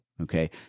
okay